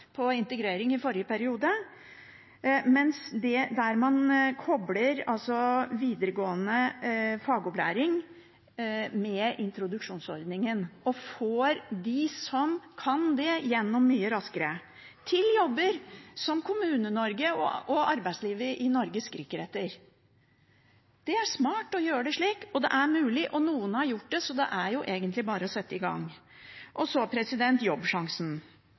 Der man kobler videregående fagopplæring med introduksjonsordningen, får man dem som gjør det, mye raskere igjennom – til jobber som Kommune-Norge og arbeidslivet i Norge skriker etter. Det er smart å gjøre det slik, og det er mulig. Noen har gjort det, så det er egentlig bare å sette i gang. Så til Jobbsjansen.